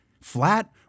flat